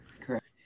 Correct